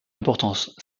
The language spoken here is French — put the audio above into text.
importance